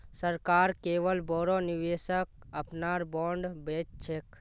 सरकार केवल बोरो निवेशक अपनार बॉन्ड बेच छेक